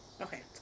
okay